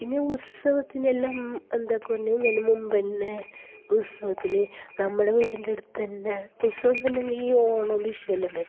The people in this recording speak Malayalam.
പിന്നെ ഉത്സവത്തിന് എല്ലാം എന്താക്കുവാ അതിനു മുമ്പ് തന്നെ ഉത്സവത്തിന് നമ്മളെ വീട്ടിൻ്റെ അടുത്ത് തന്നെ ഉത്സത്തിനു ഈ ഓണം വിഷു എല്ലാം വരുമ്പോൾ